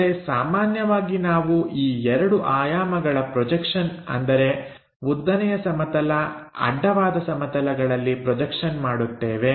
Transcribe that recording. ಆದರೆ ಸಾಮಾನ್ಯವಾಗಿ ನಾವು ಈ ಎರಡು ಆಯಾಮಗಳ ಪ್ರೊಜೆಕ್ಷನ್ ಅಂದರೆ ಉದ್ದನೆಯ ಸಮತಲ ಅಡ್ಡವಾದ ಸಮತಲಗಳಲ್ಲಿ ಪ್ರೊಜೆಕ್ಷನ್ ಮಾಡುತ್ತೇವೆ